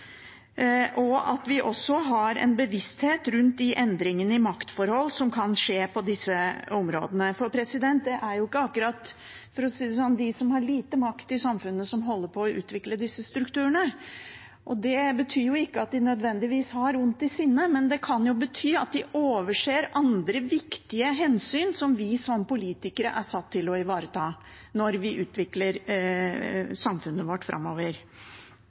Vi må også ha en bevissthet rundt de endringene i maktforhold som kan skje på disse områdene, for det er jo ikke, for å si det sånn, akkurat de med lite makt i samfunnet som holder på å utvikle disse strukturene. Det betyr ikke at de nødvendigvis har ondt i sinne, men det kan bety at de overser andre viktige hensyn som vi som politikere er satt til å ivareta når vi utvikler samfunnet vårt framover.